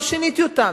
לא שיניתי אותם,